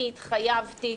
כי התחייבתי,